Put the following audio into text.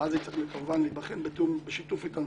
וזה יצטרך כמובן להיבחן בשיתוף איתנו,